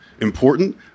important